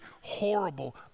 horrible